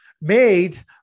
made